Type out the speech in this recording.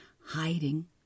hiding